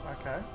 Okay